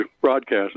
broadcast